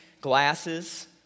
glasses